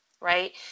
right